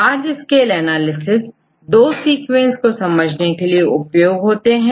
large scale analysis दो sequence को समझने के लिए उपयोग होते हैं